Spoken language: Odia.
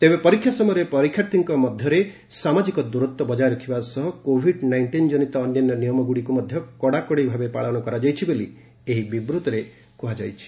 ତେବେ ପରୀକ୍ଷା ସମୟରେ ପରୀକ୍ଷାର୍ଥୀଙ୍କ ମଧ୍ୟରେ ସାମାଜିକ ଦୂରତ୍ୱ ବଜାୟ ରଖାଯିବା ସହ କୋଭିଡ ନାଇଷ୍ଟିନ୍ କନିତ ଅନ୍ୟାନ୍ୟ ନିୟମଗୁଡ଼ିକୁ ମଧ୍ୟ କଡାକଡି ଭାବେ ପାଳନ କରାଯାଇଛି ବୋଲି ଏହି ବିବୃଭିରେ ସୂଚନା ଦିଆଯାଇଛି